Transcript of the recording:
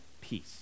peace